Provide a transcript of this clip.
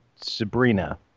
Sabrina